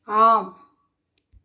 ஆம்